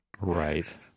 Right